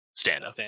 stand-up